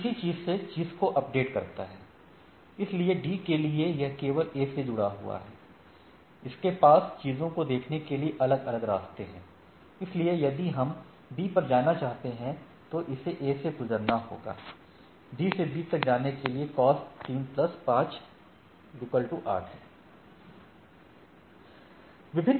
यह इसी तरह से चीज़ को अपडेट करता है इसलिए D के लिए यह केवल A से जुड़ा हुआ है इसके पास चीजों को देखने के लिए अलग अलग रास्ते हैं इसलिए यदि हम B पर जाना चाहते हैं तो इसे A से गुजरना होगा D से B तक जाने के लिए कॉस्ट 3 प्लस 5 8 है